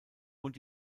und